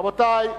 רבותי,